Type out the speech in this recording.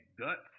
guts